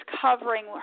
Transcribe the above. covering